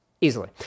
easily